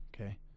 Okay